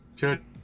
good